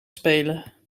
spelen